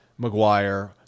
McGuire